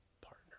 partner